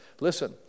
Listen